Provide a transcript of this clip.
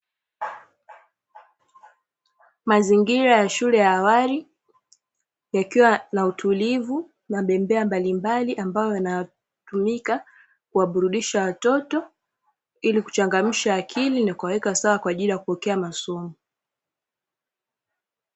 Mazingira ya shule ya awali, yakiwa na utulivu na bembea mbalimbali, ambayo yanatumika kuwaburudisha watoto, ili kuchangamsha akili na kuwaweke sawa kwa ajili ya kupokea masomo.